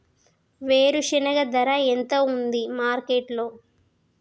వేరుశెనగ ధర ఎంత ఉంది మార్కెట్ లో?